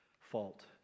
fault